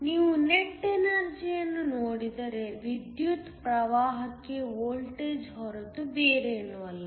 ನೀವು ನೆಟ್ ಎನರ್ಜಿಯನ್ನು ನೋಡಿದರೆ ವಿದ್ಯುತ್ ಪ್ರವಾಹಕ್ಕೆ ವೋಲ್ಟೇಜ್ ಹೊರತು ಬೇರೇನೂ ಅಲ್ಲ